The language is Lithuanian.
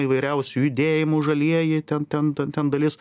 įvairiausių judėjimų žalieji ten ten ten ten dalis